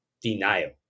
denial